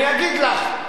אגיד לך,